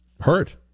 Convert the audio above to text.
hurt